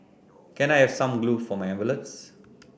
can I have some glue for my envelopes